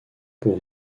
pour